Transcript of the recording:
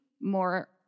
more